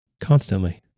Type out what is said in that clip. constantly